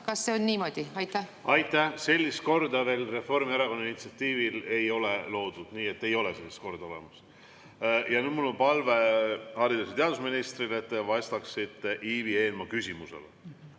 Kas see on niimoodi? Aitäh! Sellist korda Reformierakonna initsiatiivil ei ole veel loodud. Nii et ei ole sellist korda olemas. Ja nüüd mul on palve haridus- ja teadusministrile, et te vastaksite Ivi Eenmaa küsimusele.